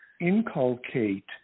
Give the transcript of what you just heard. inculcate